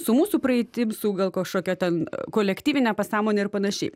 su mūsų praeitim su gal kažkokia ten kolektyvine pasąmone ir panašiai